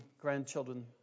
grandchildren